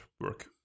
work